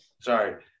sorry